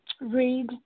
read